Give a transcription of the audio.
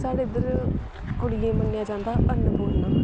साढ़े इद्धर कुड़ियें गी मन्नेआ जंदा ऐ अन्नपूर्णा